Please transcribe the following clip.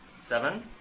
Seven